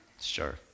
sure